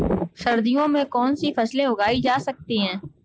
सर्दियों में कौनसी फसलें उगाई जा सकती हैं?